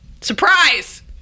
Surprise